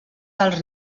dels